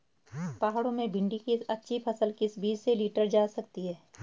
पहाड़ों में भिन्डी की अच्छी फसल किस बीज से लीटर जा सकती है?